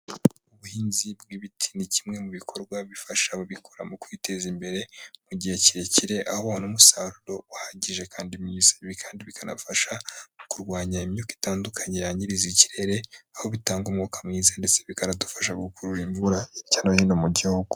Ubuhinzi bw'ibiti ni kimwe mu bikorwa bifasha ababikora mu kwiteza imbere mu gihe kirekire, aho babona umusaruro uhagije kandi mwiza kandi bikanabafasha kurwanya imyuka itandukanye yangizariza ikirere, aho bitanga umwuka mwiza ndetse bikanadufasha gukurura imvura hirya no hino mu gihugu.